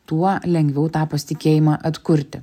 tuo lengviau tą pasitikėjimą atkurti